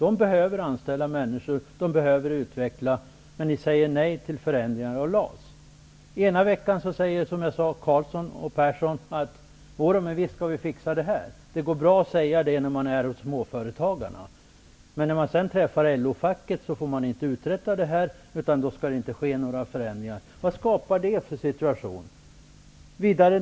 De behöver anställa människor och utveckla, men ni säger nej till förändringar av LAS. Carlsson och Persson säger att de visst skall fixa det här när de är hos småföretagarna, men när de sedan träffar LO och facket får de inte uträtta detta, därför att det skall inte göras några förändringar. Vilken situation skapar det?